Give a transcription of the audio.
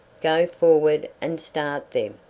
go forward and start them.